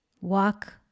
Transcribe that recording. Walk